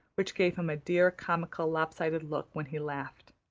which gave him a dear, comical, lopsided look when he laughed.